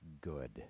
good